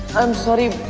i'm sorry.